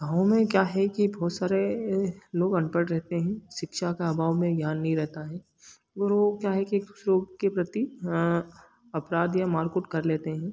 गाँव में क्या है कि बहुत सारे लोग अनपढ़ रहते हैं शिक्षा का अभाव में ज्ञान नहीं रहता है और वो क्या है कि एक दूसरों के प्रति अपराध या मार कूट कर लेते हैं